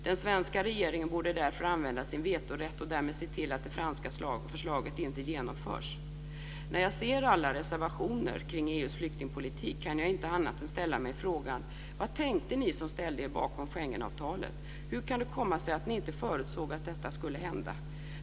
Den svenska regeringen borde därför använda sin vetorätt och därmed se till att det franska förslaget inte genomförs. När jag ser alla reservationer kring EU:s flyktingpolitik kan jag inte annat än ställa mig frågan: Vad tänkte ni som ställde er bakom Schengenavtalet? Hur kan det komma sig att ni inte förutsåg att detta skulle hända?